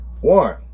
One